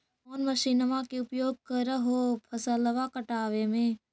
कौन मसिंनमा के उपयोग कर हो फसलबा काटबे में?